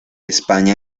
españa